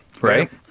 Right